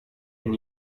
and